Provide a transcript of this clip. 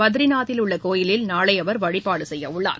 பத்ரிநாத்தில் உள்ள கோவிலில் நாளை அவர் வழிபாடு செய்யவுள்ளார்